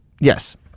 Yes